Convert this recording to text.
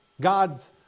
God's